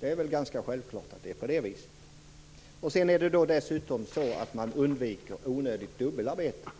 Det är väl ganska självklart att det är på det viset. Dessutom undviker man onödigt dubbelarbete.